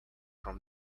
from